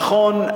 נכון,